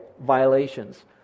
violations